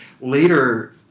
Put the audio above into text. later